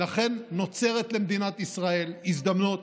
ולכן נוצרת למדינת ישראל הזדמנות,